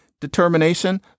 determination